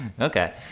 Okay